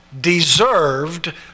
deserved